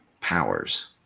Powers